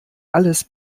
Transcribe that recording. alles